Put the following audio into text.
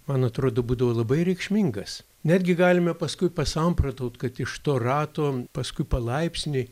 man atrodo būdavo labai reikšmingas netgi galime paskui pasamprotaut kad iš to rato paskui palaipsniui